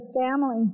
family